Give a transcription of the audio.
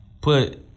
put